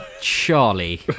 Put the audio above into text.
Charlie